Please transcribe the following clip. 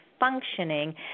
functioning